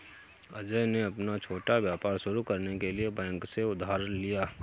अजय ने अपना छोटा व्यापार शुरू करने के लिए बैंक से उधार लिया